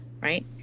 right